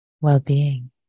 well-being